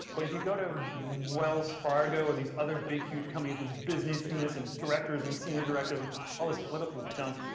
but if you go to wells fargo or these other big huge companies with business units, and directors, and senior directors and all this political junk,